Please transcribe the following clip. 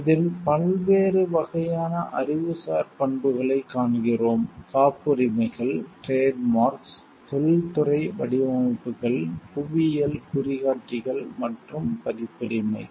இதில் பல்வேறு வகையான அறிவுசார் பண்புகளைக் காண்கிறோம் காப்புரிமைகள் டிரேட் மார்க்ஸ் தொழில்துறை வடிவமைப்புகள் புவியியல் குறிகாட்டிகள் மற்றும் பதிப்புரிமைகள்